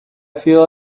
feel